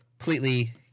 completely